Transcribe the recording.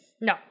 No